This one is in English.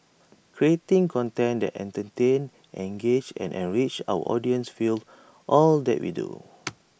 creating content that entertains engages and enriches our audiences fuels all that we do